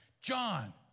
John